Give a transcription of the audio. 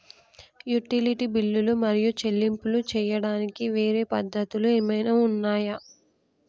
Utility బిల్లులు మరియు చెల్లింపులు చేయడానికి వేరే పద్ధతులు ఏమైనా ఉన్నాయా?